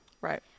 right